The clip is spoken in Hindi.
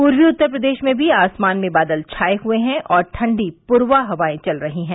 पूर्वी उत्तर प्रदेश में भी आसमान में बादल छाए हुए हैं ठण्डी पुरवा हवाएं चल रही हैं